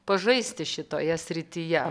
pažaisti šitoje srityje